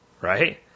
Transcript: right